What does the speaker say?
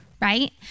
Right